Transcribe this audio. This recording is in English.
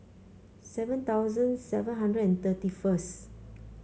seven thousand seven hundred and thirty first